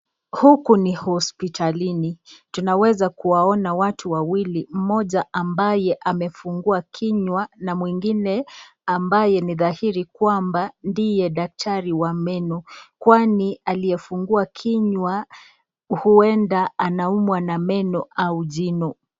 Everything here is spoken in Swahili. Huku ni hospitalini. Tunaweza kuwaona watu wawili, mmoja ambaye amefungua kinywa na mwingine ambaye ni dhahiri kwamba ndiye daktari wa meno. Kwani aliyefungua kinywa huenda anaumwa na meno au jino.